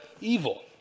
evil